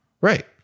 Right